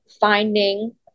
finding